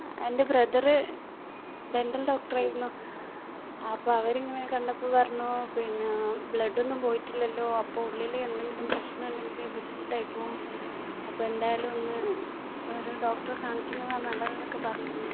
എൻ്റെ brother dental doctor ആയിരുന്നു അപ്പം അവർ ഇങ്ങനെ കണ്ടപ്പം പറഞ്ഞു പിന്നെ ബ്ലഡ് ഒന്നും പോയിട്ടില്ലല്ലോ അപ്പം ഉള്ളിൽ എന്തെങ്കിലും പ്രശ്നം ഉണ്ടെങ്കിൽ ബുദ്ധിമുട്ട് ആയിപ്പോവും അപ്പം എന്തായാലും ഒന്ന് ഒരു ഡോക്ടറ കാണിക്കുന്നതാണ് നല്ലതെന്ന് ഒക്കെ പറഞ്ഞിരുന്നു